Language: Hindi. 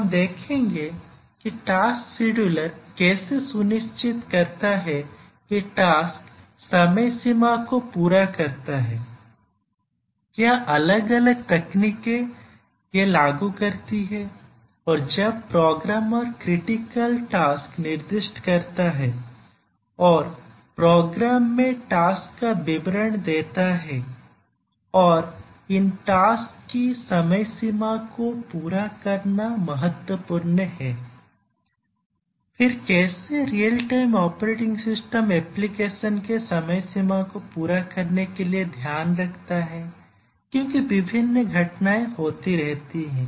हम देखेंगे कि टास्क शेड्यूलर कैसे सुनिश्चित करता है कि टास्क समय सीमा को पूरा करता है क्या अलग अलग तकनीकें यह लागू करती हैं और जब प्रोग्रामर क्रिटिकल टास्क निर्दिष्ट करता है और प्रोग्राम में टास्क का विवरण देता है और इन टास्कस की समय सीमा को पूरा करना महत्वपूर्ण है फिर कैसे real time operating system application के समय सीमा को पूरा करने के लिए ध्यान रखता है क्योंकि विभिन्न घटनाएं होती रहती हैं